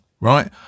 right